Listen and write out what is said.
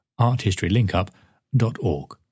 arthistorylinkup.org